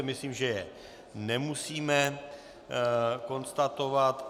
Myslím, že je nemusíme konstatovat.